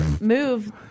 move